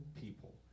people